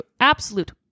absolute